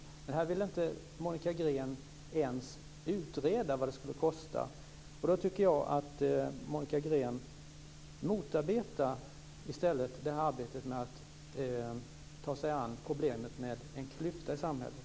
Men Monica Green vill inte att man ens utreder vad det skulle kosta. Då tycker jag att Monica Green motverkar arbetet med att ta sig an problemet med en klyfta i samhället.